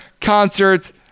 concerts